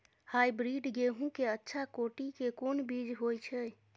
Hybrid गेहूं के अच्छा कोटि के कोन बीज होय छै?